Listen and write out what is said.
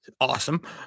Awesome